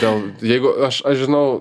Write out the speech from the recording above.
gal jeigu aš aš žinau